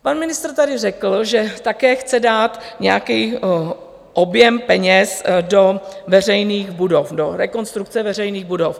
Pan ministr tady řekl, že také chce dát nějaký objem peněz do veřejných budov, do rekonstrukce veřejných budov.